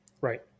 Right